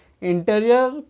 interior